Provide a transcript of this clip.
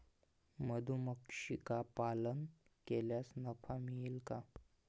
मधुमक्षिका पालन केल्यास नफा मिळेल का?